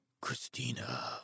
Christina